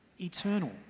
eternal